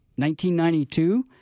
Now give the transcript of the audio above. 1992